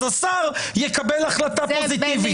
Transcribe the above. אז השר יקבל החלטה פוזיטיבית.